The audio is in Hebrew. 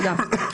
תודה.